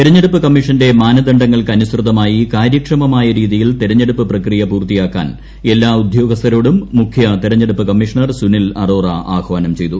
ഐർഐഞ്ഞടുപ്പ് കമ്മീഷന്റെ മാനദണ്ഡങ്ങൾക്ക് അനുസൃതമായി കാ്ര്യക്ഷമമായ രീതിയിൽ തെരഞ്ഞെടുപ്പ് പ്രക്രിയ പൂർത്തിയ്ക്കാൻ എല്ലാ ഉദ്യോഗസ്ഥരോടും മുഖ്യ തെരഞ്ഞെടുപ്പ് കമ്മീഷണ്ട് സ്റ്റനിൽ അറോറ ആഹ്വാനം ചെയ്തു